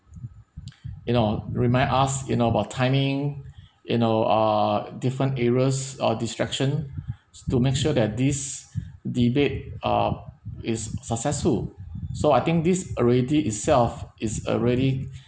you know remind us you know about timing you know uh different areas or distraction s~ to make sure that this debate uh is successful so I think this already itself is already